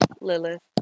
Lilith